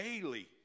daily